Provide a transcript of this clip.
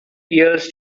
years